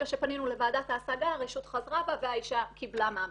שפנינו לוועדת ההשגה הרשות חזרה בה והאישה קיבלה מעמד.